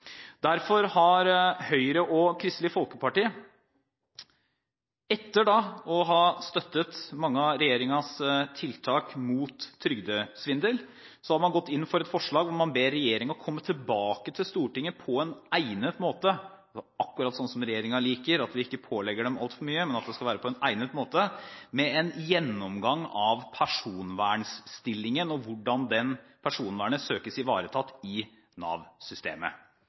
Derfor har Høyre og Kristelig Folkeparti, etter å ha støttet mange av regjeringens tiltak mot trygdesvindel, gått inn for et forslag hvor man ber regjeringen komme tilbake til Stortinget på en egnet måte – og det er akkurat sånn som regjeringen liker: at vi ikke pålegger den altfor mye – med en gjennomgang av personvernstillingen og hvordan personvernet søkes ivaretatt i